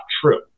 true